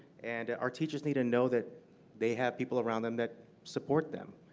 and our teachers need to know that they have people around them that support them.